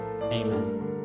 amen